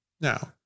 Now